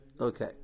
Okay